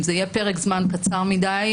אם זה יהיה פרק זמן קצר מדי,